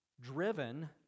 driven